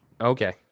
Okay